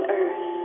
earth